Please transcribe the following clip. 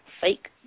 Fake